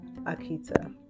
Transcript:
Akita